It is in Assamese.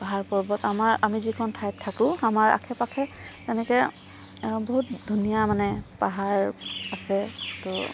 পাহাৰ পৰ্বত আমাৰ আমি যিখন ঠাইত থাকোঁ আমাৰ আশে পাশে তেনেকৈ বহুত ধুনীয়া মানে পাহাৰ আছে তো